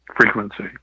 frequency